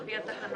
על פי התקנון,